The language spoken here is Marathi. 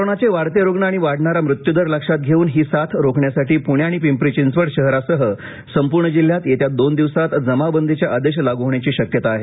कोरोनाचे वाढते रुग्ण आणि वाढणारा मृत्युदर लक्षात घेऊन ही साथ रोखण्यासाठी पुणे आणि पिंपरी चिंचवड शहरासह संपूर्ण जिल्ह्यात येत्या दोन दिवसात जमावबंदीचे आदेश लागू होण्याची शक्यता आहे